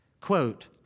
Quote